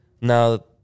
now